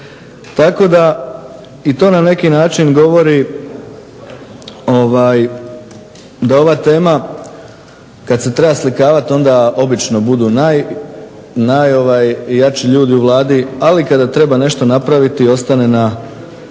Tako da i to na neki način govori da ova tema kad se treba slikavati onda obično budu najjači ljudi u Vladi. Ali kada treba nešto napraviti ostane na